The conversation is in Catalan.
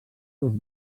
dos